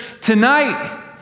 tonight